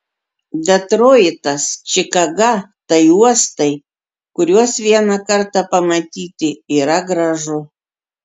detroitas čikaga tai uostai kuriuos vieną kartą pamatyti yra gražu